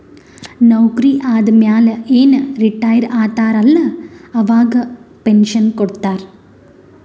ನೌಕರಿ ಆದಮ್ಯಾಲ ಏನ್ ರಿಟೈರ್ ಆತಾರ ಅಲ್ಲಾ ಅವಾಗ ಪೆನ್ಷನ್ ಕೊಡ್ತಾರ್